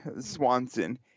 Swanson